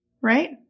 right